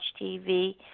TV